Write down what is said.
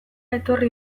etorri